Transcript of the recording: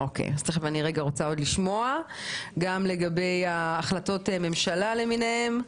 אני רוצה עוד לשמוע גם לגבי החלטות הממשלה למיניהן.